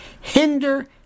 hinder